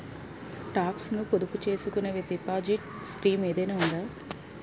Talks ను పొదుపు చేసుకునే డిపాజిట్ స్కీం ఏదైనా ఉందా?